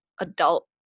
adult